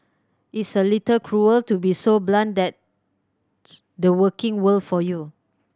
it's a little cruel to be so blunt that's the working world for you